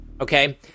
okay